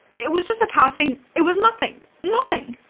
it was just a passing. it was nothing. nothing.